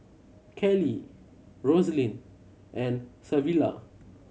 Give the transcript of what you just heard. Cali Roselyn and Savilla